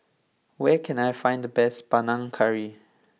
where can I find the best Panang Curry